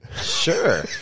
Sure